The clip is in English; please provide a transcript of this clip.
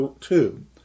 two